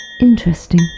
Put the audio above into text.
Interesting